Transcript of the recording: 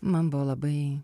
man buvo labai